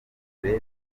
urebe